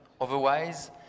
otherwise